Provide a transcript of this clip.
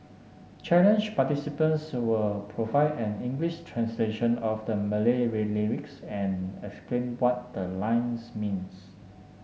challenge participants will provide an English translation of the Malay lyrics and explain what the lines means